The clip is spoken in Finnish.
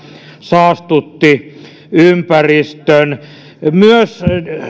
saastutti ympäristön